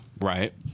right